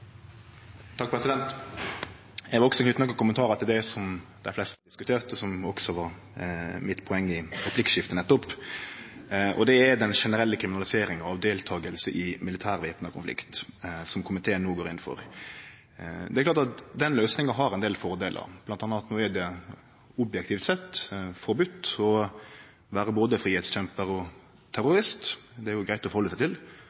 Eg vil også knyte nokre kommentarar til det som dei fleste har diskutert, og som var mitt poeng i replikkskiftet no nettopp, og det er den generelle kriminaliseringa av deltaking i militær, væpna konflikt, som komiteen no går inn for. Det er klart at den løysinga har ein del fordelar, bl.a. at no er det objektivt sett forbode å vere både fridomskjempar og